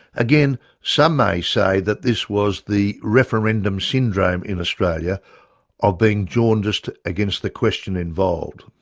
again some may say that this was the referendum syndrome in australia of being jaundiced against the question involved.